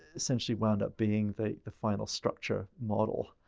essentially wound up being the the final structure model.